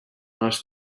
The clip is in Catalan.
els